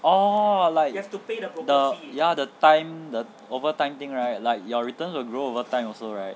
oh like ya the time the overtime thing right like your returns will grow over time also right